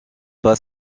pas